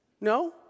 No